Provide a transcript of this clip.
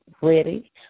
ready